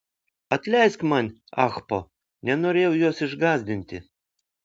atleisk man ahpo nenorėjau jos išgąsdinti